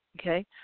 okay